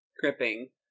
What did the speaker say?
gripping